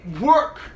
work